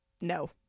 no